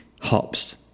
hops